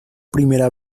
primera